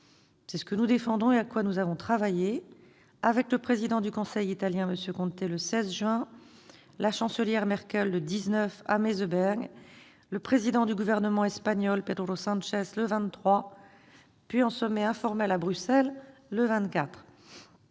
C'est ce que nous défendons, et ce à quoi nous avons travaillé avec le Président du Conseil italien, M. Conte, le 16 juin, avec la Chancelière Merkel, le 19, à Meseberg, avec le Président du Gouvernement de l'Espagne, Pedro Sanchez, le 23, puis en sommet informel à Bruxelles, le 24.